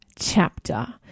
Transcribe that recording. chapter